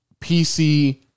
PC